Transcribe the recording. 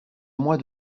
moi